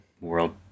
world